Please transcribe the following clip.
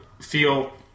feel